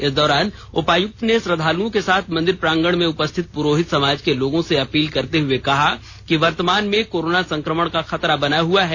इस दौरान उपायुक्त ने श्रद्धालुओं के साथ मंदिर प्रांगण में उपस्थित प्रोहित समाज के लोगों से अपील करते हए कहा कि वर्तमान में कोरोना संक्रमण का खेतरा बना हुआ है